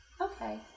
okay